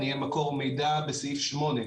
נהיה מקור מידע בסעיף שמונה,